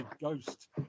ghost